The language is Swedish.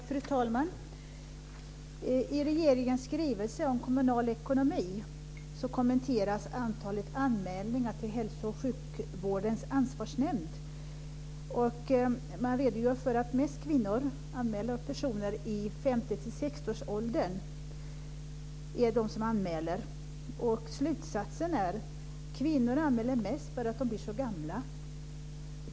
Fru talman! I regeringens skrivelse om kommunal ekonomi kommenteras antalet anmälningar till Hälsooch sjukvårdens ansvarsnämnd. Man redogör för att det mest är kvinnor i 50-60-årsåldern som anmäler. Slutsatsen är att kvinnor anmäler mest för att de blir så gamla.